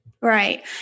Right